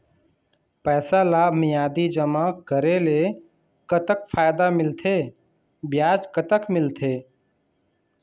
पैसा ला मियादी जमा करेले, कतक फायदा मिलथे, ब्याज कतक मिलथे?